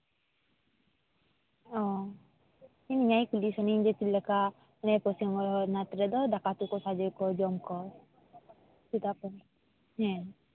ᱚ ᱤᱧ ᱚᱱᱟᱜᱮ ᱠᱩᱞᱤ ᱥᱟᱱᱟᱧ ᱡᱮ ᱪᱮᱫᱞᱮᱠᱟ ᱯᱚᱥᱪᱤᱢ ᱵᱚᱝᱜᱚ ᱯᱚᱱᱚᱛ ᱨᱮᱫᱚ ᱫᱟᱠᱟᱼᱩᱛᱩ ᱠᱚ ᱠᱷᱟᱸᱡᱚᱭᱟᱠᱚ ᱡᱚᱢᱟᱠᱚ ᱦᱮᱸ